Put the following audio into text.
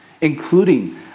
including